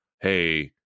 hey